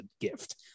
gift